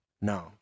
No